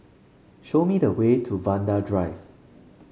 show me the way to Vanda Drive